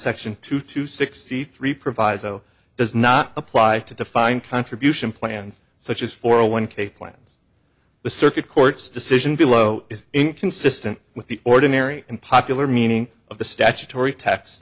section two to sixty three proviso does not apply to defined contribution plans such as for a one k plans the circuit court's decision below is inconsistent with the ordinary and popular meaning of the statutory tax